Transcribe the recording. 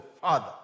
Father